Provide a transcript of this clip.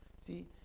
See